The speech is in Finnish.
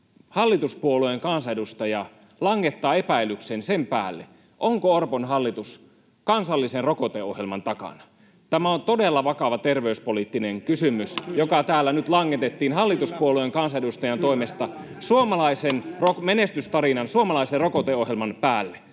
hallituspuolueen kansanedustaja langettaa epäilyksen sen päälle, onko Orpon hallitus kansallisen rokoteohjelman takana. Tämä on todella vakava terveyspoliittinen kysymys, [Puhemies koputtaa — Ben Zyskowiczin välihuuto] joka täällä nyt langetettiin hallituspuolueen kansanedustajan toimesta suomalaisen menestystarinan, suomalaisen rokoteohjelman, päälle.